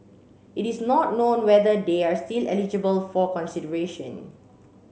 it is not known whether they are still eligible for consideration